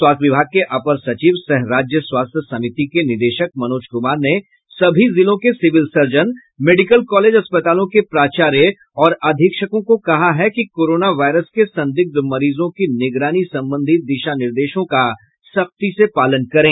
स्वास्थ्य विभाग के अपर सचिव सह राज्य स्वास्थ्य समिति के निदेशक मनोज कुमार ने सभी जिलों के सिविल सर्जन मेडिकल कॉलेज अस्पतालों के प्रचार्य और अधीक्षकों को कहा है कि कोरोना वायरस के संदिग्ध मरीजों की निगरानी संबंधी दिशा निर्देशों का सख्ती से पालन करें